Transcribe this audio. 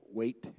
wait